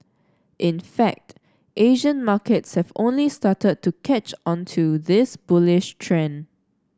in fact Asian markets have only started to catch on to this bullish trend